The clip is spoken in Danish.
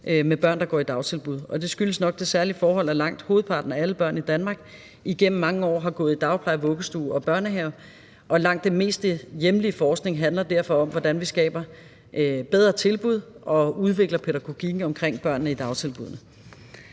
med børn, der går i dagtilbud, og det skyldes nok det særlige forhold, at langt hovedparten af alle børn i Danmark igennem mange år har gået i dagpleje, vuggestue og børnehave. Langt den meste hjemlige forskning handler derfor om, hvordan vi skaber bedre tilbud og udvikler pædagogikken omkring børnene i dagtilbuddene;